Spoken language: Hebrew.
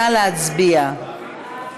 נא להצביע.